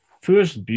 first